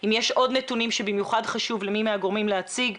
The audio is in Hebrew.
אם יש עוד נתונים שבמיוחד חשוב למי מהגורמים להציג,